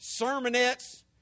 sermonettes